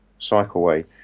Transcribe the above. cycleway